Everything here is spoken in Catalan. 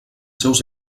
seus